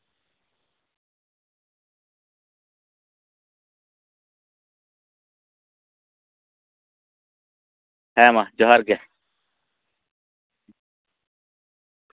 ᱦᱮᱸ ᱢᱟ ᱡᱚᱦᱟᱨ ᱜᱮ